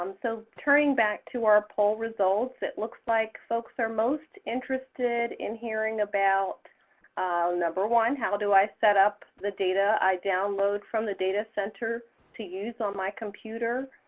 um so turning back to our poll results, it looks like folks are most interested in hearing about number one how do i set up the data i download from the data center to use on my computer?